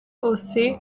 aussi